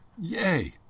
Yay